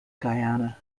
guyana